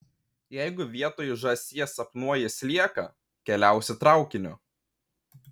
jeigu vietoj žąsies sapnuoji slieką keliausi traukiniu